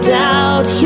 doubt